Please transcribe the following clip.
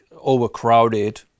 overcrowded